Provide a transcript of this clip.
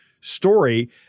story